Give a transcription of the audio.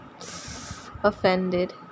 Offended